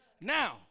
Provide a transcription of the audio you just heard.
Now